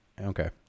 Okay